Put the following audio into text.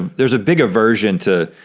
there's a big aversion to